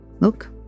Look